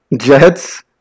Jets